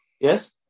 Yes